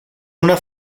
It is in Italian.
una